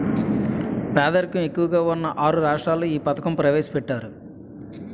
పేదరికం ఎక్కువగా ఉన్న ఆరు రాష్ట్రాల్లో ఈ పథకం ప్రవేశపెట్టారు